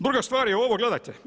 Druga stvar je ovo, gledajte.